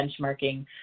benchmarking